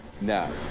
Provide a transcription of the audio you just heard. No